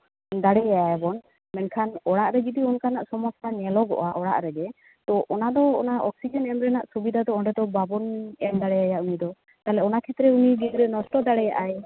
ᱫᱟᱲᱮᱭᱟᱭᱟ ᱵᱚᱱ ᱢᱮᱱᱠᱷᱟᱱ ᱚᱲᱟᱜ ᱨᱮ ᱡᱩᱫᱤ ᱚᱱᱠᱟᱱᱟᱜ ᱥᱚᱢᱚᱥᱥᱟ ᱧᱮᱞᱚᱜᱚᱜᱼᱟ ᱚᱲᱟᱜ ᱨᱮᱜᱮ ᱛᱚ ᱚᱱᱟᱫᱚ ᱚᱱᱟ ᱚᱠᱥᱤᱡᱮᱱ ᱮᱢ ᱨᱮᱱᱟᱜ ᱥᱩᱵᱤᱫᱟ ᱫᱚ ᱚᱸᱰᱮᱫᱚ ᱵᱟᱵᱚᱱ ᱮᱢ ᱫᱟᱲᱮᱣᱟᱭᱟ ᱩᱱᱤ ᱫᱚ ᱛᱟᱞᱦᱮ ᱚᱱᱟ ᱠᱷᱮᱛᱨᱮ ᱩᱱᱤ ᱜᱤᱫᱽᱨᱟᱹ ᱱᱚᱥᱴᱚ ᱫᱟᱲᱮᱭᱟᱜᱼᱟᱭ